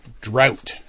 Drought